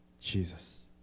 Jesus